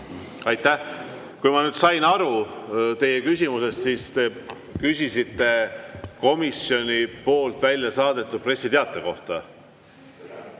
Aitäh! Kui ma sain teie küsimusest aru, siis te küsisite komisjoni poolt välja saadetud pressiteate kohta.